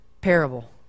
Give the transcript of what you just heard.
parable